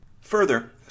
Further